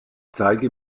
zeige